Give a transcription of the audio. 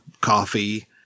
coffee